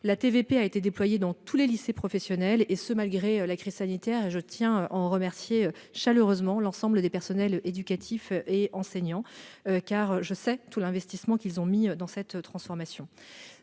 a été déployée dans tous les lycées professionnels, et ce malgré la crise sanitaire. J'en remercie chaleureusement l'ensemble des personnels éducatifs et enseignants, dont je connais l'investissement en la matière. Cette transformation